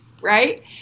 right